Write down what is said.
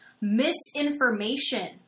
misinformation